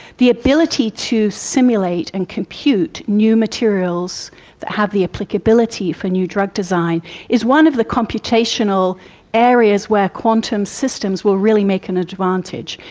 the ability to simulate and compute new materials that have the applicability for new drug design is one of the computational areas where quantum systems will really make an advantage.